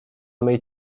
mej